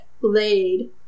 laid